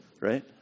right